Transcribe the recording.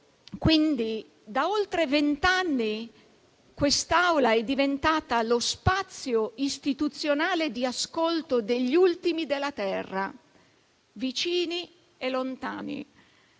Quindi, da oltre venti anni l'Assemblea è diventata lo spazio istituzionale di ascolto degli ultimi della terra, vicini e lontani,